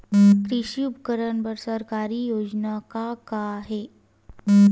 कृषि उपकरण बर सरकारी योजना का का हे?